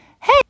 hey